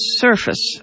surface